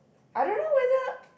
I don't know whether